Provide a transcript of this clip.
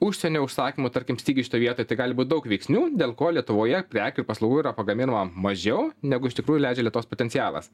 užsienio užsakymų tarkim stygius šitoj vietoj tai gali būt daug veiksnių dėl ko lietuvoje prekių ir paslaugų yra pagaminama mažiau negu iš tikrųjų leidžia lietuvos potencialas